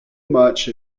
much